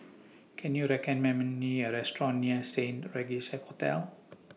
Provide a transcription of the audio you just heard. Can YOU recommend Me A Restaurant near Saint Regis Hotel